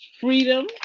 freedom